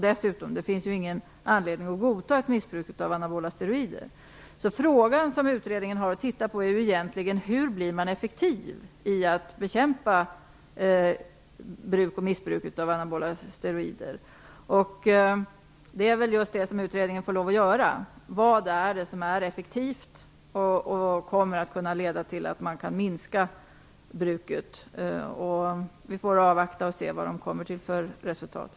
Dessutom finns ingen anledning att godta ett missbruk av anabola steroider. Den fråga som utredningen har att se på är hur man effektivt bekämpar bruk och missbruk av anabola steroider. Det är just det utredningen får lov att se över - vilka åtgärder som är effektiva och som kommer att kunna leda till att man kan minska bruket. Vi får avvakta och se vilket resultat utredningen kommer fram till.